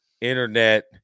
internet